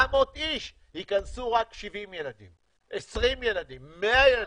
700 איש ייכנסו רק 70 ילדים, 20 ילדים, 10 ילדים.